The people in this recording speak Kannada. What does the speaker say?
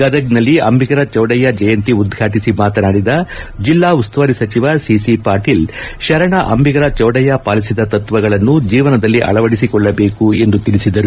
ಗದಗ್ನಲ್ಲಿ ಅಂಬಿಗರ ಚೌಡಯ್ಯ ಜಯಂತಿ ಉದ್ಘಾಟಿಸಿ ಮಾತನಾಡಿದ ಜಿಲ್ಲಾ ಉಸ್ತುವಾರಿ ಸಚಿವ ಸಿಸಿಪಾಟೀಲ್ ಶರಣ ಅಂಬಿಗರ ಚೌಡಯ್ಯ ಪಾಲಿಸಿದ ತತ್ವಗಳನ್ನು ಜೀವನದಲ್ಲಿ ಅಳವಡಿಸಿಕೊಳ್ಳಬೇಕು ಎಂದು ತಿಳಿಸಿದರು